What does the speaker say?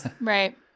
right